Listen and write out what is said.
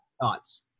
thoughts